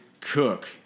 Cook